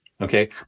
okay